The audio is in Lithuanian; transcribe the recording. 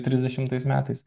trisdešimtais metais